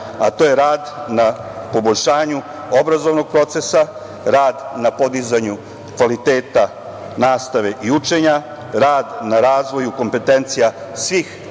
a to je rad na poboljšanju obrazovnog procesa, rad na podizanju kvaliteta nastave i učenja, rad na razvoju kompetencija svih